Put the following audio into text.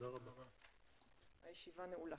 הישיבה נעולה.